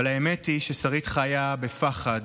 אבל האמת היא ששרית חיה בפחד,